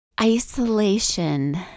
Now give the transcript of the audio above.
Isolation